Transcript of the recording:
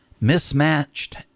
mismatched